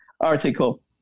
article